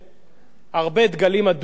הרבה דגלים אדומים הונפו,